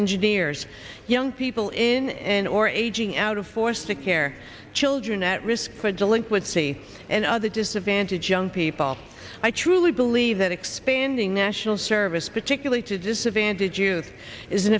engineers young people in or a gene out of force to care children at risk for delinquency and other disadvantaged young people i truly believe that expanding national service particularly to disadvantage youth is an